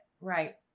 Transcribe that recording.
right